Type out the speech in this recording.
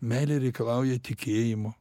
meilė reikalauja tikėjimo